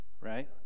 right